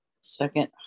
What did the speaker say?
second